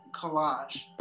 collage